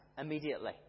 immediately